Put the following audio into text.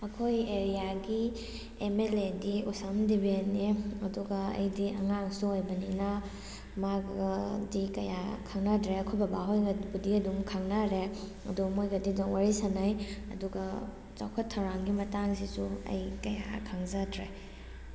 ꯑꯩꯈꯣꯏ ꯑꯦꯔꯤꯌꯥꯒꯤ M L A ꯗꯤ ꯎꯁꯝ ꯗꯦꯚꯦꯟꯅꯤ ꯑꯗꯨꯒ ꯑꯩꯗꯤ ꯑꯉꯥꯡꯁꯨ ꯑꯣꯏꯕꯅꯤꯅ ꯃꯥꯒꯗꯤ ꯀꯌꯥ ꯈꯪꯅꯗ꯭ꯔꯦ ꯑꯩꯈꯣꯏ ꯕꯕꯥ ꯍꯣꯏꯒꯕꯨꯗꯤ ꯑꯗꯨꯝ ꯈꯪꯅꯔꯦ ꯑꯗꯣ ꯃꯣꯏꯒꯗꯤ ꯑꯗꯨꯝ ꯋꯥꯔꯤ ꯁꯥꯟꯅꯩ ꯑꯗꯨꯒ ꯆꯥꯎꯈꯠ ꯊꯧꯔꯥꯡꯒꯤ ꯃꯇꯥꯡꯁꯤꯁꯨ ꯑꯩ ꯀꯌꯥ ꯈꯪꯖꯗ꯭ꯔꯦ